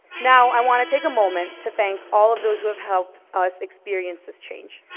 now i want to take a moment to thank all of those who have helped us experience this change.